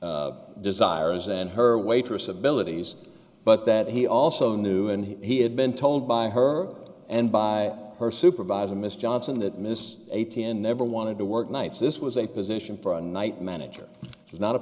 waitress desires and her waitress abilities but that he also knew and he had been told by her and by her supervisor miss johnson that miss eighteen never wanted to work nights this was a position for a night manager was not a